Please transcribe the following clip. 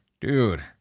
Dude